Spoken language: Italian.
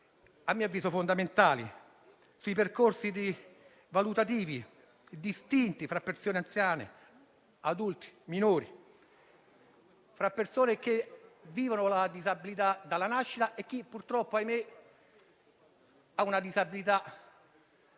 a mio avviso fondamentali sui percorsi valutativi distinti fra persone anziane, adulti e minori, fra persone che vivono la disabilità dalla nascita e coloro ai quali, purtroppo, una disabilità